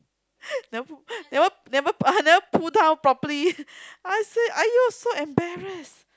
never pull never never never pull down properly I say !aiyo! so embarrassed